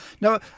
Now